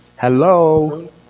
Hello